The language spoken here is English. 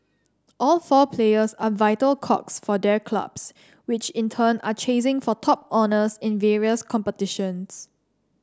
all four players are vital cogs for their clubs which in turn are chasing for top honours in various competitions